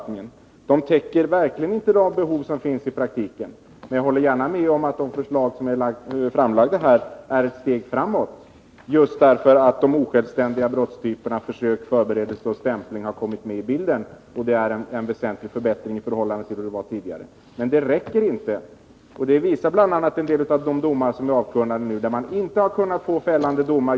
Lagförslaget täcker verkligen inte de behov som finns i praktiken, men jag håller gärna med om att de här framlagda förslagen innebär ett steg framåt just därför att de osjälvständiga brottstyperna försök, förberedelse och stämpling har kommit med i bilden. Det är en väsentlig förbättring i förhållande till tidigare, men det räcker inte. Detta visar bl.a. en del av de domar som avkunnats.